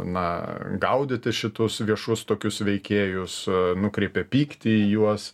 na gaudyti šitus viešus tokius veikėjus nukreipia pyktį į juos